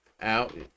Out